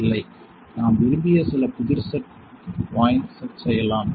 இல்லை நாம் விரும்பிய சில புதிர் செட் பாயின்ட் செட் செய்யலாம்